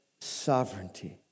sovereignty